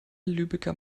lübecker